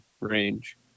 range